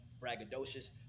braggadocious